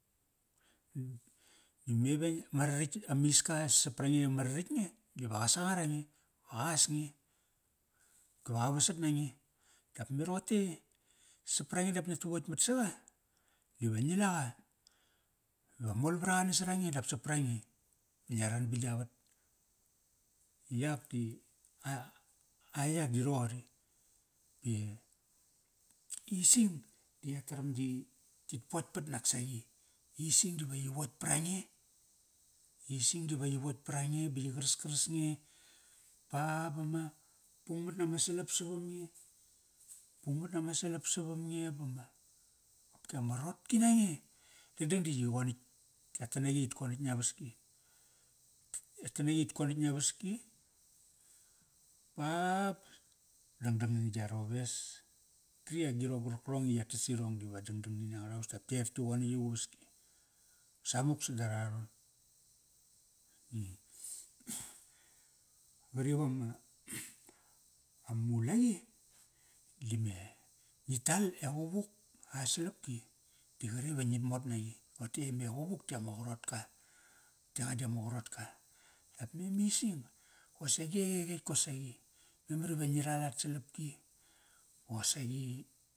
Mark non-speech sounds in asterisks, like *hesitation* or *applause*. *hesitation* me ve ma raratk amiska saprange ma raratk nge, diva qa sangar ange va qas nge, ki va qa vasat nange. Dao me roqote i, saprange dap ngia tu votkmat saqa, dive ngi laqa, va mol vraqa nasara nge dap saprange ba ngia ran ba gia vat. Yak di a, a yar di roqori. E ising, di ya taram yit potkpat naksaqi. Ising diva yi votk prange, ising diva yi votk prange ba yi qaraskaras nge ba, ba ma, bungmat nama salap savam nge bama, ki ama rotki nange dadang da yi qonatk. Ya tanaqi i yit konatk ngia vaski. Ya tanaqi i yit konatk ngia vaski bap, dangdang mani gia rowes, kri agirong qarkarong i ya tas irong diva dangdang mani ini. Anga rowes dap yi er tki qonatk uvaski. samuk sada araron. *hesitation* *noise* Qari vama *noise* amulaqi, dime, ngi tal e quvuk a salapki di qaretk iva ngit mot naqi. Rote ime quvuk di ama qarotka. Te qa di ama qarotka, dap me mising, qosaqi etk, etk kosaqi. Memar ive ngi ral at salapki, ba qosaqi